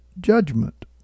judgment